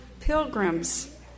pilgrims